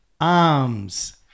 arms